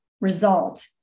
result